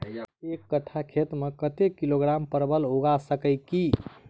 एक कट्ठा खेत मे कत्ते किलोग्राम परवल उगा सकय की??